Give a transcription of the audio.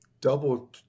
double